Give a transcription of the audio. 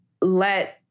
let